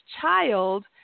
child –